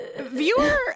Viewer